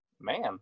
man